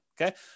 Okay